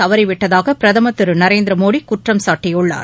தவறிவிட்டதாக பிரதமர் திரு நரேந்திர மோடி குற்றம்சாட்டியுள்ளார்